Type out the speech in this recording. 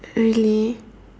really